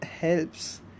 helps